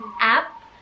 app